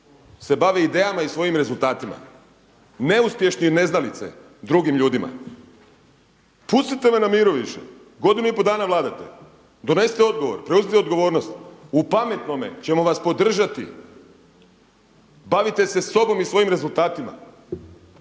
se bave idejama i svojim rezultatima, neuspješni i neznalice drugim ljudima.“ Pustite me na miru više! Godinu i pol dana vladate, donesite odgovor, preuzmite odgovornost. U pametnome ćemo vas podržati. Bavite se sobom i svojim rezultatima